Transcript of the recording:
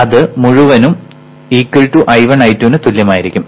അത് മുഴുവനും I1 I2 നു തുല്യമായിരിക്കും